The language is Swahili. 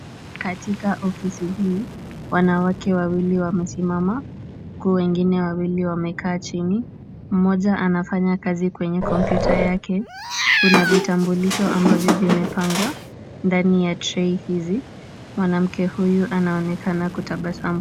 Katika ofisi hii wanawake wawili wamesimama huku wengine wawili wamekaa chini, mmoja anafanya kazi kwenye kompyuta yake. Kuna vitambulisho ambavyo vimepangwa ndani ya tray hizi. Mwanamke huyu anaonekana kutabasamu.